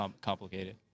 complicated